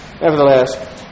nevertheless